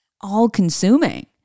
all-consuming